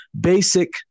basic